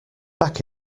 back